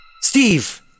Steve